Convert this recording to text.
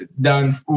done